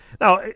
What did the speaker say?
Now